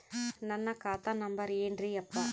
ನನ್ನ ಖಾತಾ ನಂಬರ್ ಏನ್ರೀ ಯಪ್ಪಾ?